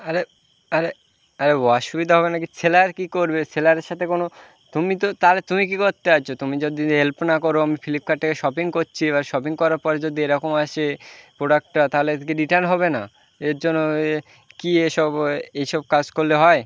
আরে আরে আরে অসুবিধা হবে না কি সেলার কি করবে সেলারের সাথে কোনো তুমি তো তাহলে তুমি কি করতে আছো তুমি যদি হেল্প না করো আমি ফ্লিপকার্টে শপিং করছি এবার শপিং করার পরে যদি এরকম আসে প্রোডাক্টটা তাহলে কি রিটার্ন হবে না এর জন্য কী এসব এইসব কাজ করলে হয়